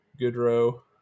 Goodrow